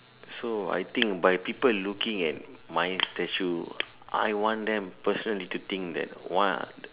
so I think by people looking at my statue I want them personally to think that what